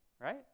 right